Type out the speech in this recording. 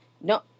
no